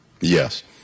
Yes